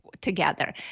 together